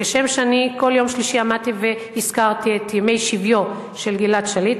כשם שכל יום שלישי עמדתי והזכרתי את ימי שביו של גלעד שליט,